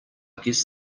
guess